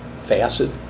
facet